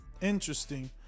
interesting